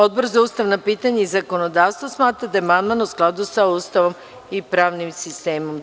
Odbor za ustavna pitanja i zakonodavstvo smatra da je amandman u skladu sa Ustavom i pravnim sistemom.